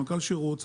סמנכ"ל שירות,